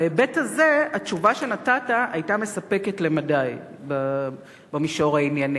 בהיבט הזה התשובה שנתת היתה מספקת למדי במישור הענייני.